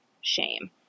shame